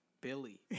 Billy